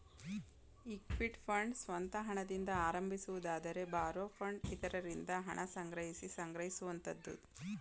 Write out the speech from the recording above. equity fund ಸ್ವಂತ ಹಣದಿಂದ ಆರಂಭಿಸುವುದಾದರೆ ಬಾರೋ ಫಂಡ್ ಇತರರಿಂದ ಹಣ ಸಂಗ್ರಹಿಸಿ ಸಂಗ್ರಹಿಸುವಂತದ್ದು